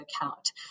account